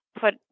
put